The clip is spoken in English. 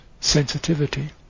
sensitivity